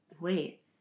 wait